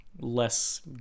Less